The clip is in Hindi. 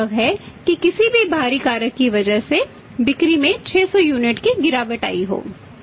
यह संभव है कि किसी भी बाहरी कारक की वजह से बिक्री में 600 यूनिट की गिरावट आई हो